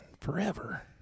forever